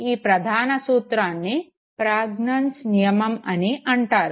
ఈ ప్రధాన సూత్రాన్ని ప్రజ్ఞాంజ్ నియమంlaw of Prägnanz అని అంటారు